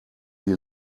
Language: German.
die